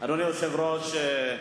אדוני היושב-ראש,